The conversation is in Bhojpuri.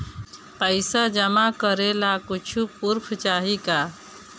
पैसा जमा करे ला कुछु पूर्फ चाहि का?